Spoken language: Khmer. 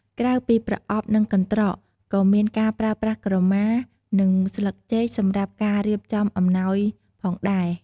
ក្រៅពីប្រអប់ និងកន្ត្រក ក៏មានការប្រើប្រាស់ក្រមា និងស្លឹកចេកសម្រាប់ការរៀបចំអំណោយផងដែរ។